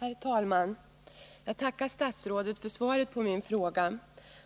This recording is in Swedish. Herr talman! Jag tackar statsrådet för svaret på min fråga.